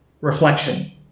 reflection